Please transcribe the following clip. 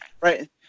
Right